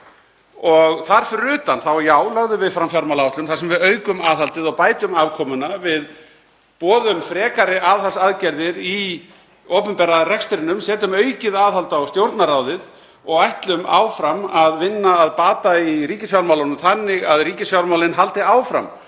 Þar fyrir utan já, þá lögðum við fram fjármálaáætlun þar sem við aukum aðhaldið og bætum afkomuna. Við boðum frekari aðhaldsaðgerðir í opinbera rekstrinum, setjum aukið aðhald á Stjórnarráðið og ætlum áfram að vinna að bata í ríkisfjármálunum þannig að þau haldi áfram